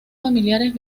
familiares